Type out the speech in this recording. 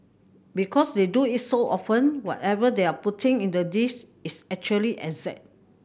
because they do it so often whatever they are putting in the dish is actually exact